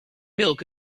milk